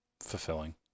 fulfilling